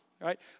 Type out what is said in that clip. right